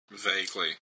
Vaguely